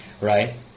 right